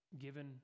given